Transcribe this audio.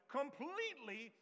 completely